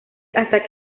hasta